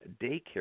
Daycare